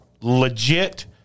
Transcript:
legit